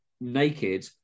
naked